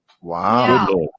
Wow